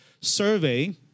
survey